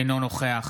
אינו נוכח